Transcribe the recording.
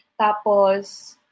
Tapos